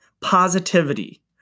positivity